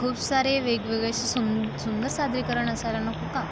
खूप सारे वेगवेगळे असे सुंदर सादरीकरण असायला नको का